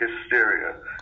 hysteria